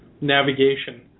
navigation